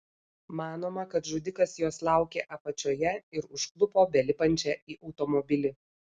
manoma kad žudikas jos laukė apačioje ir užklupo belipančią į automobilį